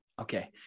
Okay